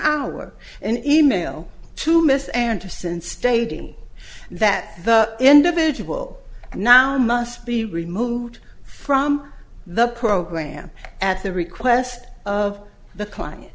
hour and e mail to miss anderson stating that the individual now must be removed from the program at the request of the client